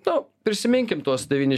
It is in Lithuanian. nu prisiminkim tuos devyni